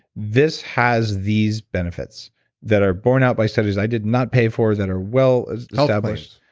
this has these benefits that are borne out by studies i did not pay for that are well established.